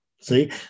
See